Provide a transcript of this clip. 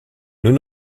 nous